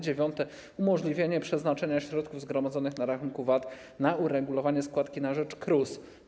Dziewiąte, umożliwienie przeznaczenia środków zgromadzonych na rachunku VAT na uregulowanie składki na rzecz KRUS.